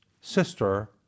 Sister